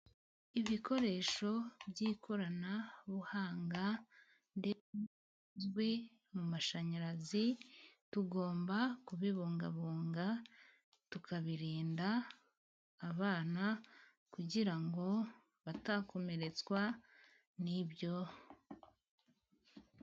Ibikoresho by'ikoranabuhanga nde mu mashanyarazi, tugomba kubibungabunga tukabirinda abana kugira ngo batakomeretswa n'ibyo.